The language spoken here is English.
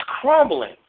crumbling